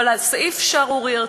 אבל סעיף שערורייתי.